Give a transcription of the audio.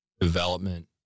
development